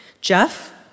Jeff